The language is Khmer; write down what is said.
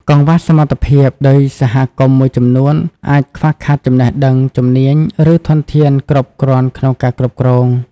កង្វះសមត្ថភាព ដោយសហគមន៍មួយចំនួនអាចខ្វះខាតចំណេះដឹង ជំនាញ ឬធនធានគ្រប់គ្រាន់ក្នុងការគ្រប់គ្រង។